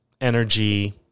energy